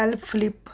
L flip